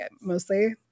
Mostly